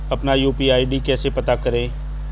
अपना UPI ID कैसे पता करें?